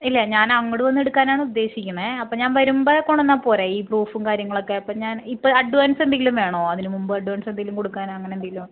ഇല്ല ഞാനങ്ങട് വന്നെടുക്കാനാണുദ്ദേശിക്കണത് അപ്പം ഞാൻ വരുമ്പം കൊണ്ടന്നാ പോരെ ഈ പ്രൂഫും കാര്യങ്ങളക്കെ അപ്പം ഞാൻ ഇപ്പം അഡ്വാൻസ്സെന്തെങ്കിലും വേണോ അതിന് മുമ്പ് അഡ്വാൻസെന്തേലും കൊടുക്കാനങ്ങനെന്തേലും